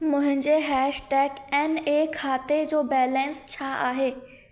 मुंहिंजे हेशटेग एन ए खाते जो बैलेंस छा आहे